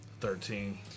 Thirteen